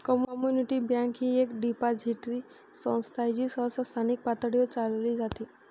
community bank ही एक depository संस्था आहे जी सहसा स्थानिक पातळीवर चालविली जाते